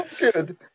Good